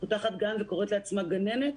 פותחת גן וקוראת לעצמה גננת.